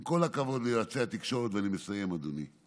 עם כל הכבוד ליועצי התקשורת, ואני מסיים, אדוני,